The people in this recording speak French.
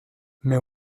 mais